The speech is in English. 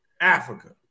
Africa